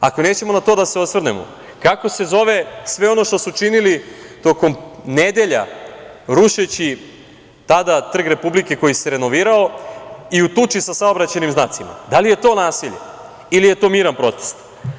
Ako nećemo na to da se osvrnemo, kako se zove sve ono što su činili tokom nedelja, rušeći tada Trg Republike koji se renovirao i u tuči sa saobraćajnim znacima da li je to nasilje ili je to miran protest?